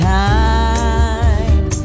time